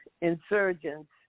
insurgents